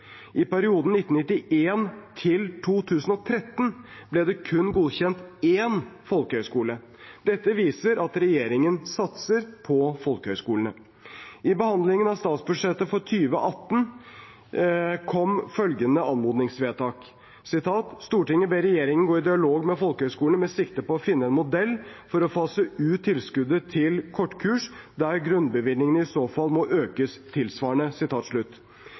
I perioden fra 1991 til 2013 ble det kun godkjent én ny folkehøyskole. Dette viser at regjeringen satser på folkehøyskolene. I behandlingen av statsbudsjettet for 2018 kom følgende anmodningsvedtak: «Stortinget ber regjeringen gå i dialog med folkehøyskolene med sikte på å finne en modell for å fase ut tilskudd til kortkurs der grunnbevilgningen i så fall økes tilsvarende.»